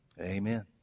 Amen